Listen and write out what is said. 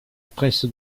presse